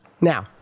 Now